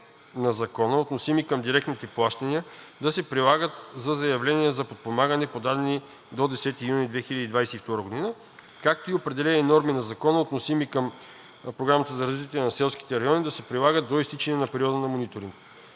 на закона, относими към директните плащания, да се прилагат за заявленията за подпомагане, подадени до 10 юни 2022 г., както и определени норми на закона, относими към Програмата за развитие на селските райони, да се прилагат до изтичане на периода на мониторинг.